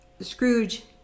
Scrooge